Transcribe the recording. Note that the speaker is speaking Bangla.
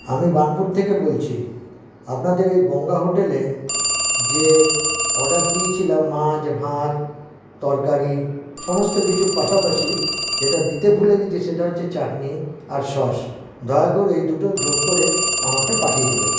আমি বার্নপুর থেকে বলছি আপনাদের এই গঙ্গা হোটেলে যে অর্ডার দিয়েছিলাম মাছ ভাত তরকারি সমস্ত কিছুর পাশাপাশি যেটা দিতে ভুলে গেছি সেটা হচ্ছে চাটনি আর সস দয়া করে এই দুটো যোগ করে আমাকে পাঠিয়ে দেবেন